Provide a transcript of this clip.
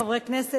חברי כנסת,